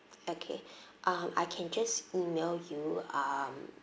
okay um I can just email you um